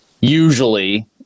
usually